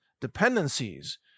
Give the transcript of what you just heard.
dependencies